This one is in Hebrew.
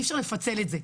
אי אפשר לפצל את זה,